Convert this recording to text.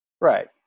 right